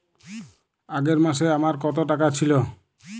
আগের মাসে আমার কত টাকা ছিল?